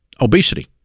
obesity